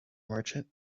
merchant